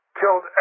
killed